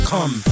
Come